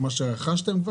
מה שרכשתם כבר?